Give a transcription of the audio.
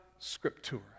Scriptura